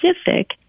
specific